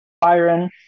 Byron